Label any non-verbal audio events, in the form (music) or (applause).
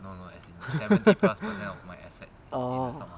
(laughs) oh